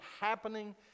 happening